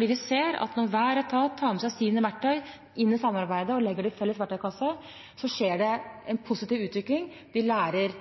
vi ser at når hver etat tar med seg sine verktøy inn i samarbeidet og legger det i en felles verktøykasse, skjer det en positiv utvikling – de lærer